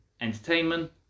entertainment